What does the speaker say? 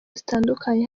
zitandukanye